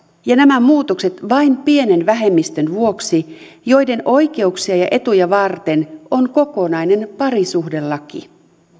ja nämä muutokset vain pienen vähemmistön vuoksi joiden oikeuksia ja etuja varten on kokonainen parisuhdelaki